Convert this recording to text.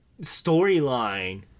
storyline